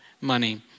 money